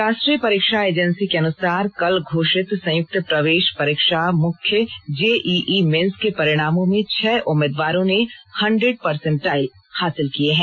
राष्ट्रीय परीक्षा एजेंसी के अनुसार कल घोषित संयुक्त प्रवेश परीक्षा मुख्य जेईई मेन्स के परिणामों में छह उम्मीदवारों ने हंड्रेड परसेंटाइज हासिल किये हैं